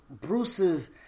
Bruce's